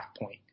point